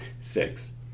Six